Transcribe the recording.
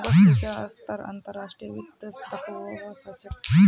सबस उचा स्तरत अंतर्राष्ट्रीय वित्तक दखवा स ख छ